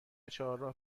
چهارراه